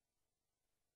תצא,